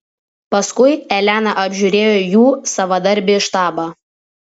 paskui elena apžiūrėjo jų savadarbį štabą